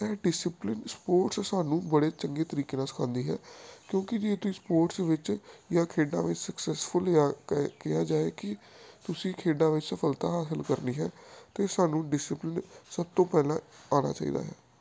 ਇਹ discipline sports ਸਾਨੂੰ ਬੜੇ ਚੰਗੇ ਤਰੀਕੇ ਨਾਲ ਸਿਖਾਉਂਦੀ ਹੈ ਕਿਉਂਕਿ ਜੇ ਤੁਸੀਂ ਸਪੋਰਟਸ ਵਿੱਚ ਜਾਂ ਖੇਡਾਂ ਵਿੱਚ ਸਕਸੈਸਫੁਲ ਜਾਂ ਕ ਕਿਹਾ ਜਾਏ ਕਿ ਤੁਸੀਂ ਖੇਡਾਂ ਵਿੱਚ ਸਫ਼ਲਤਾ ਹਾਸਲ ਕਰਨੀ ਹੈ ਤਾਂ ਸਾਨੂੰ ਡਿਸਪਲਨ ਸਭ ਤੋਂ ਪਹਿਲਾਂ ਆਉਣਾ ਚਾਹੀਦਾ ਹੈ